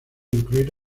incluir